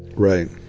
right